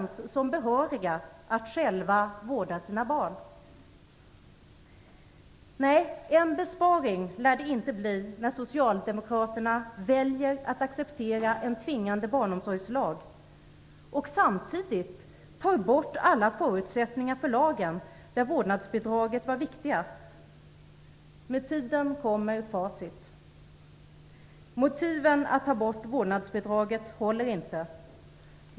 Nej, en besparing lär det inte bli när Socialdemokraterna väljer att acceptera en tvingande barnomsorgslag och samtidigt tar bort alla förutsättningar för lagen där vårdnadsbidraget var viktigast. Med tiden kommer facit. Motiven att avskaffa vårdnadsbidraget håller inte.